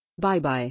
Bye-bye